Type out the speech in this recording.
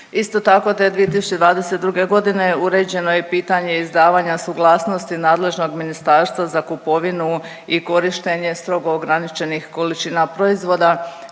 Isto tako te 2022. godine uređeno je pitanje izdavanja suglasnosti nadležnog ministarstva za kupovinu i korištenje strogo ograničenih količina proizvoda